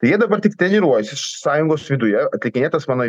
tai jie dabar tik treniruojasi sąjungos viduje atlikinėja tas mano